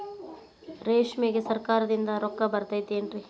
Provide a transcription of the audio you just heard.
ರೇಷ್ಮೆಗೆ ಸರಕಾರದಿಂದ ರೊಕ್ಕ ಬರತೈತೇನ್ರಿ?